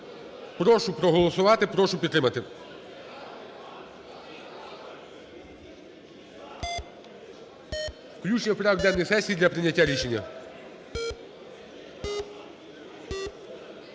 Прошу проголосувати. Прошу підтримати. Включення в порядок денний сесії для прийняття рішення.